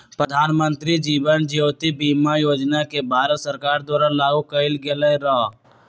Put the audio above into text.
प्रधानमंत्री जीवन ज्योति बीमा योजना के भारत सरकार द्वारा लागू कएल गेलई र